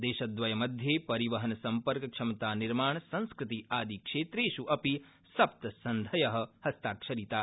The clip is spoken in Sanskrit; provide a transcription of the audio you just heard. दर्यद्विमध्य शिरिवहन सम्पर्क क्षमतानिर्माण संस्कृति आदि क्षमता अपि सप्तसन्धय हस्ताक्षरिता